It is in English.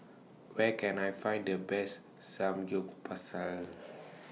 Where Can I Find The Best Samgyeopsal